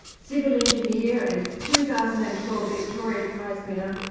civil engineer and two thousand and twelve victoria prize winner,